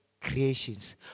creations